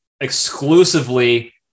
exclusively